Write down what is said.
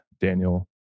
Daniel